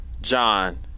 John